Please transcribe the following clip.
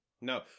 No